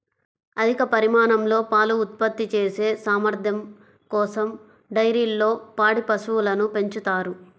అధిక పరిమాణంలో పాలు ఉత్పత్తి చేసే సామర్థ్యం కోసం డైరీల్లో పాడి పశువులను పెంచుతారు